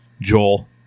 Joel